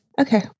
Okay